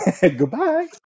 goodbye